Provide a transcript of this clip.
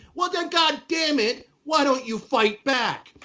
well then, goddamn it, why don't you fight back?